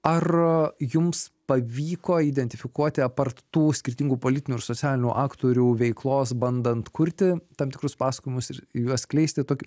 ar jums pavyko identifikuoti apart tų skirtingų politinių ir socialinių aktorių veiklos bandant kurti tam tikrus pasakojimus ir juos skleisti tokį